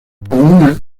comunas